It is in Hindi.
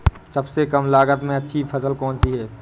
सबसे कम लागत में अच्छी फसल कौन सी है?